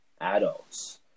adults